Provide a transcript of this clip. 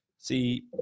see